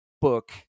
book